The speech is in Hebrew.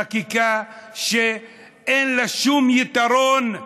חקיקה שאין לה שום יתרון.